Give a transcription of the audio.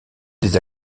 des